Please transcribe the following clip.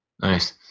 Nice